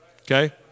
okay